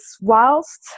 whilst